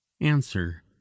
answer